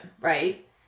right